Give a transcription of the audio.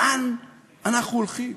לאן אנחנו הולכים?